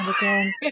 again